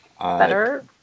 better